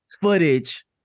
footage